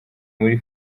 muri